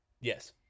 Yes